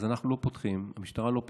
אז אנחנו לא פותחים, המשטרה לא פותחת.